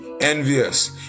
envious